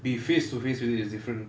be face to face with it is different